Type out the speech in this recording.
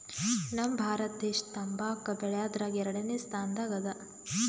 ನಮ್ ಭಾರತ ದೇಶ್ ತಂಬಾಕ್ ಬೆಳ್ಯಾದ್ರಗ್ ಎರಡನೇ ಸ್ತಾನದಾಗ್ ಅದಾ